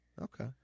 Okay